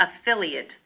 affiliate